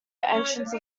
entrance